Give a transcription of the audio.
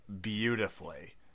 beautifully